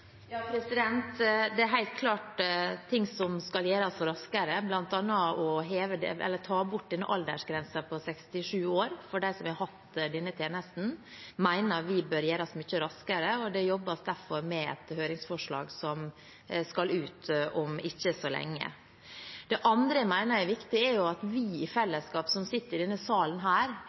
Det er helt klart ting som skal gjøres raskere, bl.a. å ta bort aldersgrensen på 67 år for dem som har hatt denne tjenesten. Det mener vi bør gjøres mye raskere. Det jobbes derfor med et høringsforslag som skal ut om ikke så lenge. Det andre jeg mener er viktig, er at vi som sitter i denne salen, i fellesskap må jobbe inn mot våre lokale politikerne, som forvalter denne ordningen i